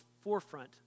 forefront